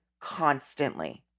constantly